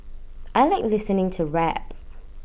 I Like listening to rap